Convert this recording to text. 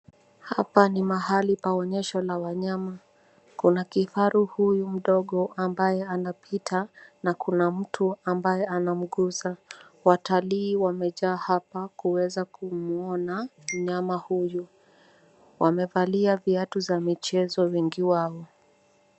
Hapa ni pahali pa onyesho la wanyama, kuna kifaru huyu mdogo ambaye anapita na kuna mtu ambaye anaguza. Watali wame jaa hapa kuweza kumwona mnyama huyu, wamevalia viatu vya mchezo wengi wao.